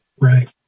Right